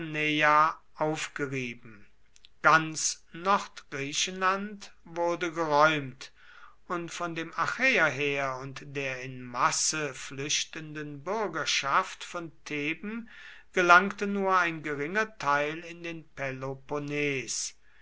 aufgerieben ganz nordgriechenland wurde geräumt und von dem achäerheer und der in masse flüchtenden bürgerschaft von theben gelangte nur ein geringer teil in den peloponnes